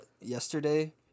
yesterday